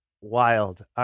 wild